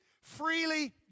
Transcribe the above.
freely